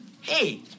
hey